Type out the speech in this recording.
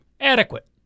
Adequate